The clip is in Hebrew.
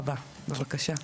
רוני, בבקשה.